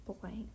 blank